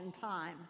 time